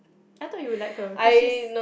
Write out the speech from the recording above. I thought you would like her cause she's